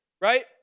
right